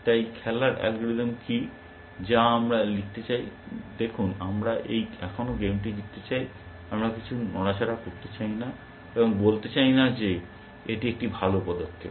তাই খেলার অ্যালগরিদম কি যা আমরা লিখতে চাই দেখুন আমরা এখনও গেমটি জিততে চাই আমরা কিছু নড়াচড়া করতে চাই না এবং বলতে চাই না যে এটি একটি ভাল পদক্ষেপ